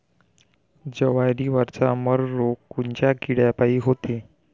जवारीवरचा मर रोग कोनच्या किड्यापायी होते?